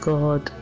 God